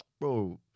bro